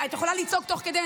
את יכולה לצעוק תוך כדי,